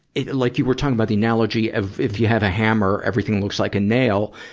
it, like, you were talking about the analogy of, if you have a hammer, everything looks like a nail.